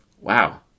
Wow